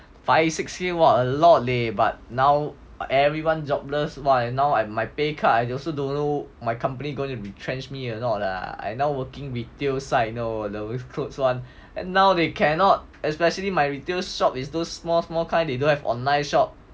five six K !wah! a lot leh but now everyone jobless !wah! now I my pay cut you also don't know my company going to retrench me or not lah I now working retail side you know with clothes one and now they cannot especially my retail shop is too small small kind they don't have online shop